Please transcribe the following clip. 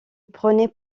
prenaient